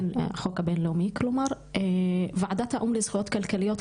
וכן בחוק הבין-לאומי ובעדת האו"ם לזכויות כלכליות,